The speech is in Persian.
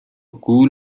گول